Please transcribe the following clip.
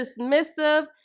dismissive